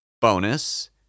bonus